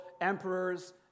emperors